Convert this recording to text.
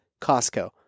Costco